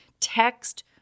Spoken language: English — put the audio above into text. text